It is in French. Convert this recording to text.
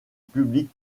public